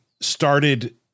started